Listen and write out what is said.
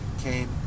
came